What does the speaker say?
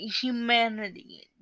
humanity